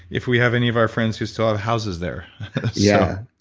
if we have any of our friends who still have houses there yeah.